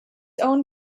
owned